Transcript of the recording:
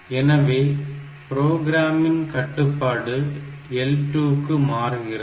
எனவே ப்ரோக்ராமின் கட்டுப்பாடு L2 க்கு மாறுகிறது